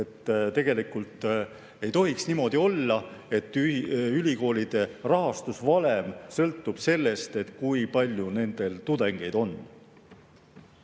Tegelikult ei tohiks niimoodi olla, et ülikoolide rahastamise valem sõltub sellest, kui palju neil tudengeid on.